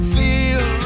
feel